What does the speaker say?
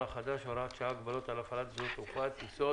החדש (הוראת שעה) (הגבלות על הפעלת שדות תעופה וטיסות)